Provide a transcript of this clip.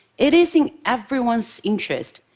it is in everyone's interest,